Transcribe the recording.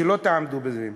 לא תעמדו בזה,